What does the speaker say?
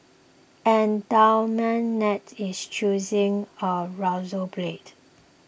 an Dalmatian is chewing a razor blade